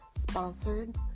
sponsored